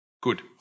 Good